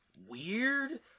weird